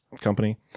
company